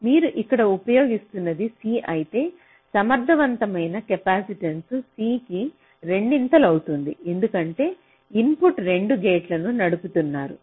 మీరు ఇక్కడ ఉపయోగిస్తున్నది C అయితే సమర్థవంతమైన కెపాసిటెన్స్ C కి రెండింతలవుతుంది ఎందుకంటే ఇప్పుడు 2 గేట్లను నడుపుతున్నారు